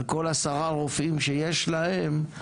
על כל עשרה רופאים שיש להם,